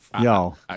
Y'all